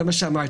זה מה שאמרת.